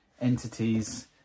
entities